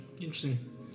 Interesting